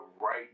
right